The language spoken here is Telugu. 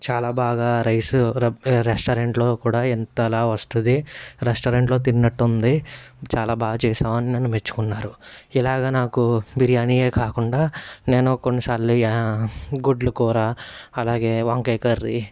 చాలా బాగా రైసు రెస్టారెంట్లో కూడా ఇంతలా వస్తుంది రెస్టారెంట్లో తిన్నట్టు ఉంది చాలా బాగా చేసావు అని నన్ను మెచ్చుకున్నారు ఇలాగ నాకు బిర్యానీయే కాకుండా నేను కొన్నిసార్లు గుడ్లు కూర అలాగే వంకాయ కర్రీ